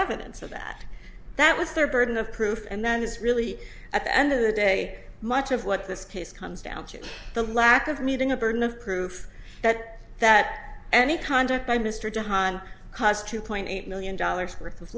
evidence of that that was their burden of proof and that is really at the end of the day much of what this case comes down to the lack of meeting a burden of proof that that any conduct by mr john cost two point eight million dollars worth of